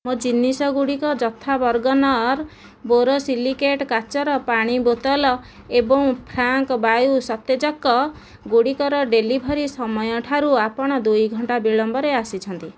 ମୋ' ଜିନିଷଗୁଡ଼ିକ ଯଥା ବର୍ଗ୍ନର୍ ବୋରୋସିଲିକେଟ୍ କାଚର ପାଣି ବୋତଲ ଏବଂ ଫ୍ରାଙ୍କ୍ ବାୟୁ ସତେଜକ ଗୁଡ଼ିକର ଡେଲିଭରି ସମୟଠାରୁ ଆପଣ ଦୁଇ ଘଣ୍ଟା ବିଳମ୍ବରେ ଆସିଛନ୍ତି